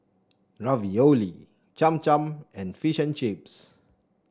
Ravioli Cham Cham and Fish and Chips